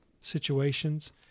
situations